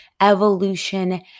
evolution